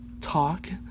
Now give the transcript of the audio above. talk